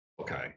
Okay